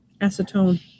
Acetone